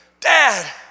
Dad